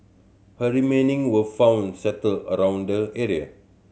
her remaining were found scattered around the area